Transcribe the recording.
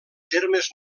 termes